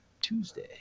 Tuesday